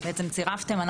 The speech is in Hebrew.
שצירפתם.